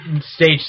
stage